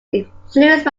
influenced